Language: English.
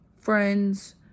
friends